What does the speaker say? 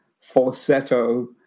falsetto